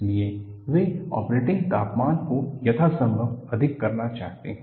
इसलिए वे ऑपरेटिंग तापमान को यथासंभव अधिक करना चाहते हैं